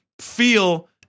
feel